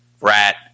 rat